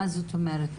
מה זאת אומרת?